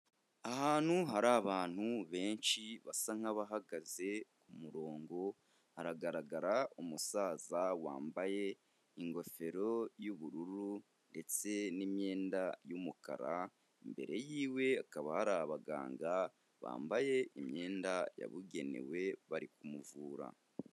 Ahantu hari abantu benshi basa nk'abahagaze ku murongo, haragaragara umusaza wambaye ingofero y'ubururu ndetse n'imyenda y'umukara, imbere y'iwe hakaba hari abaganga, bambaye imyenda yabugenewe, bari kumuvura.